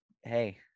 hey